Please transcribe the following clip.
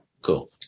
Cool